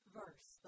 verse